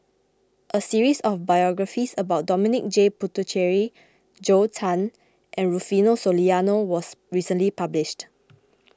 a series of biographies about Dominic J Puthucheary Zhou Can and Rufino Soliano was recently published